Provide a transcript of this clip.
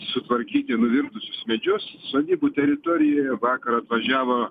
sutvarkyti nuvirtusius medžius sodybų teritorijoje vakar atvažiavo